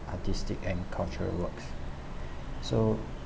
artistic and cultural works so